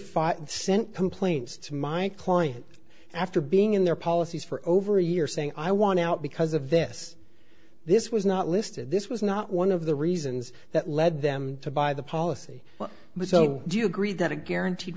fire sent complaints to my client after being in their policies for over a year saying i want out because of this this was not listed this was not one of the reasons that led them to buy the policy but so do you agree that a guaranteed